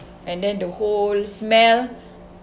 and then the whole smell